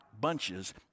bunches